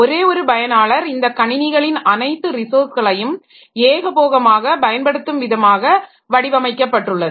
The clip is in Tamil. ஒரே ஒரு பயனாளர் இந்த கணினிகளின் அனைத்து ரிசோர்ஸ்களையும் ஏகபோகமாக பயன்படுத்தும் விதமாக வடிவமைக்கப்பட்டுள்ளது